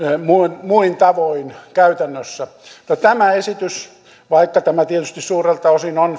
muilla muilla tavoin käytännössä tämä esitys vaikka tämä tietysti suurelta osin on